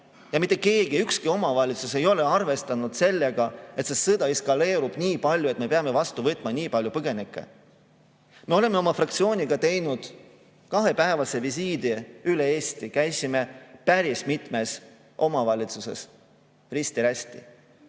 Ja mitte keegi, ükski omavalitsus ei ole arvestanud sellega, et see sõda eskaleerub nii palju, et me peame vastu võtma nii palju põgenikke. Me tegime oma fraktsiooniga kahepäevase visiidi üle Eesti, käisime päris mitu omavalitsust risti-rästi